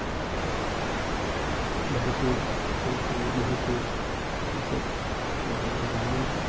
বহুতো বোলছবি বহুতো কেচেট আছে যেনেকৈ জানমণি